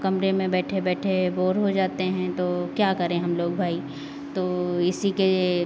कमरे में बैठे बैठे बोर हो जाते हैं तो क्या करें हम लोग भई तो इसी के